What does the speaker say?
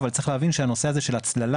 אבל צריך להבין שהנושא הזה של הצללה